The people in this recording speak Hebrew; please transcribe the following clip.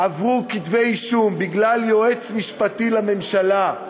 עברו כתבי-אישום, בגלל יועץ משפטי לממשלה.